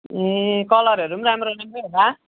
ए कलरहरू पनि राम्रो राम्रै होला